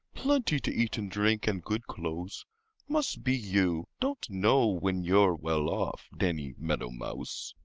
plenty to eat and drink, and good clothes must be you don't know when you're well off, danny meadow mouse.